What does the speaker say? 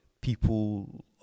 people